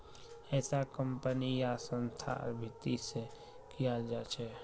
ऐसा कम्पनी या संस्थार भीती से कियाल जा छे